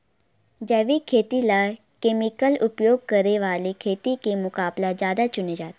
जैविक खेती ला केमिकल उपयोग करे वाले खेती के मुकाबला ज्यादा चुने जाते